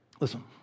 Listen